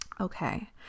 Okay